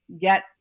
get